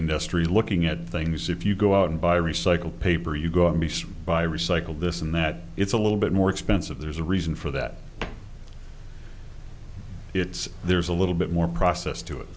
industry looking at things if you go out and buy recycled paper you go and be sued by recycled this and that it's a little bit more expensive there's a reason for that it's there's a little bit more process to it